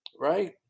right